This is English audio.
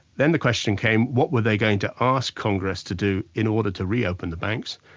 then the question came, what were they going to ask congress to do in order to reopen the banks,